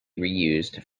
reused